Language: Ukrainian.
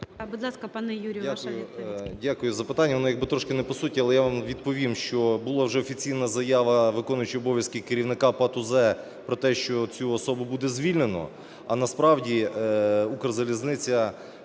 Дякую за запитання, воно як би трошки не по суті, але я вам відповім, що була вже офіційна заява виконуючого обов'язки керівника ПАТ УЗ про те, що цю особу буде звільнено. А насправді "Укрзалізниця"